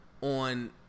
on